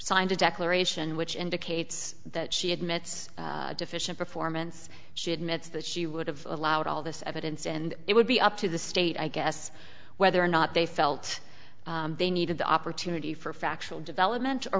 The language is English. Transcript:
signed a declaration which indicates that she admits deficient performance she admits that she would've allowed all this evidence and it would be up to the state i guess whether or not they felt they needed the opportunity for factual development or